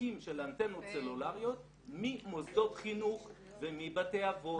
מרחקים של אנטנות סלולריות ממוסדות חינוך ומבתי אבות.